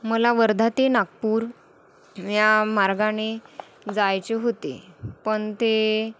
मला वर्धा ते नागपूर या मार्गाने जायचे होते पण ते